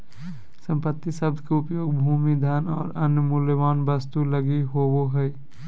संपत्ति शब्द के उपयोग भूमि, धन और अन्य मूल्यवान वस्तु लगी होवे हइ